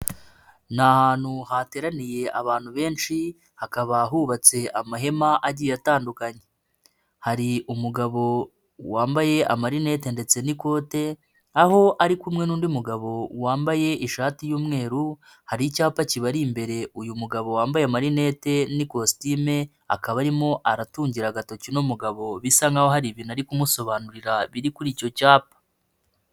Ni ahantu hateraniye abantu benshi, hakaba hubatse amahema agiye atandukanye. Hari umugabo wambaye amarineti ndetse n'ikote, aho ari kumwe n'undi mugabo wambaye ishati y'umweru, hari icyapa kibari imbere uyu mugabo wambaye amarineti n'ikositime, akaba arimo aratungira agatoki uno umugabo, bisa nkaho hari ibintu ari kumusobanurira biri kuri icyo cyapa.